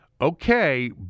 Okay